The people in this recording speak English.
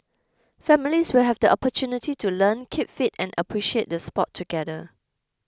families will have the opportunity to learn keep fit and appreciate the sport together